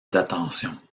d’attention